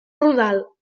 rodal